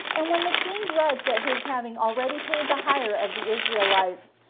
and when the king grudged at his having already paid the hire of the israelites,